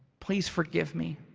please forgive me.